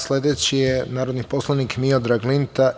Sledeći je narodni poslanik Miodrag Linta.